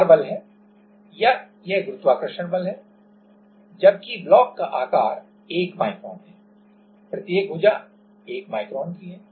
तो यह भार बल है या यह गुरुत्वाकर्षण बल है जबकि ब्लॉक का आकार 1 μm है प्रत्येक भुजा 1 μm की है